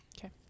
Okay